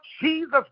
Jesus